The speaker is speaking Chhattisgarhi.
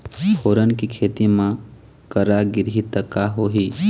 फोरन के खेती म करा गिरही त का होही?